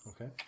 Okay